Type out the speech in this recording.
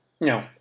No